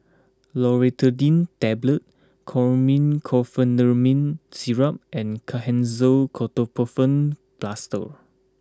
Loratadine Tablets Chlormine Chlorpheniramine Syrup and Kenhancer Ketoprofen Plaster